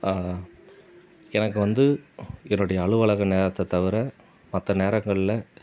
எனக்கு வந்து என்னுடைய அலுவலக நேரத்தைத் தவிர மற்ற நேரங்களில்